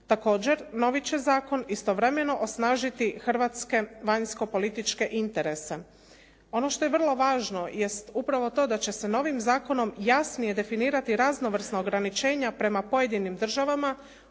Također novi će zakon istovremeno osnažiti hrvatske vanjskopolitičke interese. Ono što je vrlo važno jest upravo to da će se novim zakonom jasnije definirati raznovrsno ograničenje prema pojedinim državama